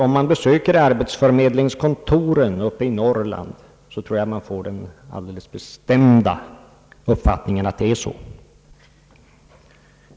Om man besöker = arbetsförmedlingskontoren i Norrland tror jag att man får den alldeles bestämda uppfattningen att det förhåller sig på det sättet.